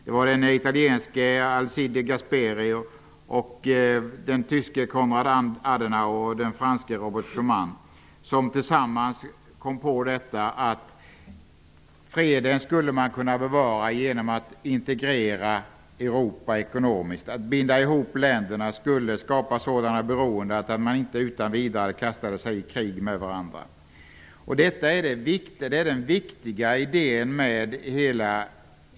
Det var Alcide de Gasperi från Robert Schumann från Frankrike som tillsammans kom på att freden skulle kunna bevaras genom att Europa integrerades ekonomiskt. Att binda ihop länderna skulle skapa sådana beroenden att man inte utan vidare kastade sig i krig med varandra. Detta är den viktiga idén bakom EU.